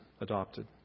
adopted